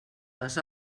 les